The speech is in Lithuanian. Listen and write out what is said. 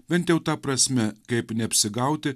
bent jau ta prasme kaip neapsigauti